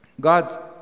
God